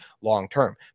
long-term